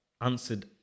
answered